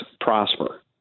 prosper